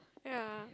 ya